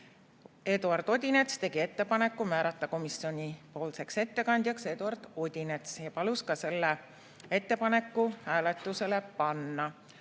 Eduard Odinets tegi ettepaneku määrata komisjoni ettekandjaks Eduard Odinets ja palus ka selle ettepaneku hääletusele panna.